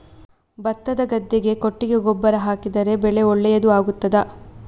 ಭತ್ತದ ಗದ್ದೆಗೆ ಕೊಟ್ಟಿಗೆ ಗೊಬ್ಬರ ಹಾಕಿದರೆ ಬೆಳೆ ಒಳ್ಳೆಯದು ಆಗುತ್ತದಾ?